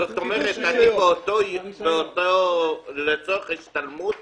זאת אומרת, לצורך השתלמות